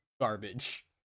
garbage